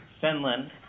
Finland